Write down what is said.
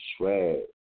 shred